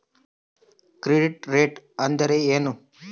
Credit rate ಅಂದರೆ ಏನು?